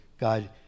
God